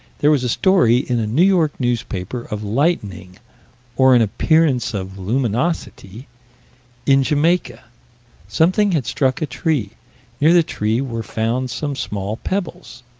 there was a story in a new york newspaper, of lightning or an appearance of luminosity in jamaica something had struck a tree near the tree were found some small pebbles.